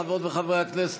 חברות וחברי הכנסת,